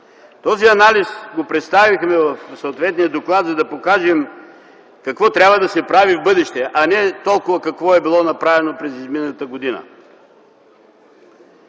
Този анализ представихме в съответния доклад, за да покажем какво трябва да се прави в бъдеще, а не толкова какво е направено през изминалата година.